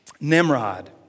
Nimrod